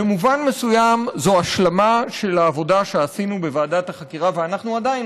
במובן מסוים זו השלמה של העבודה שעשינו ואנחנו עדיין